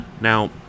Now